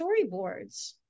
storyboards